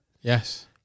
Yes